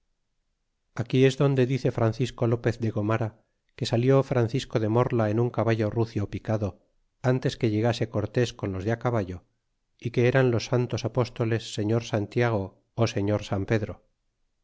aquí es donde dice francisco lopez de gomara que salió francisco de mona en un caballo rucio picado ntes que llegase cortés con los de caballo y que eran los santos apóstoles señor santiago ó señor san pedro